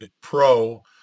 pro